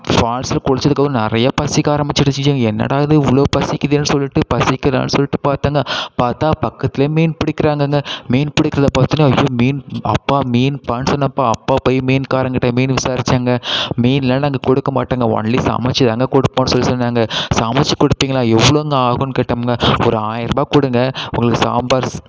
ஃபால்ஸில் குளிச்சதுக்கப்பறம் நிறைய பசிக்க ஆரம்பிச்சிடுச்சுங்க என்னடா இது இவ்வளோ பசிக்குதேன்னு சொல்லிவிட்டு பசிக்குதான்னு சொல்லிவிட்டு பார்த்தேங்க பார்த்தா பக்கத்துலயே மீன் பிடிக்குறாங்கங்க மீன் பிடிக்குறத பார்த்துட்டு ஐயோ மீன் அப்பா மீனுப்பா சொன்னேப்பா அப்பா போய் மீன்காரங்கக்கிட்ட மீன் விசாரிச்சாங்க மீன்லாம் நாங்கள் கொடுக்கமாட்டோங்க ஒன்லி சமைச்சு தாங்க கொடுப்போம்னு சொல்லி சொன்னாங்க சமைச்சு கொடுப்பீங்களா எவ்வளோங்க ஆகும் கேட்டோம்ங்க ஒரு ஆயிர்ரூபா கொடுங்க உங்களுக்கு சாம்பார்